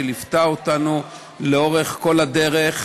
שליוותה אותנו לאורך כל הדרך.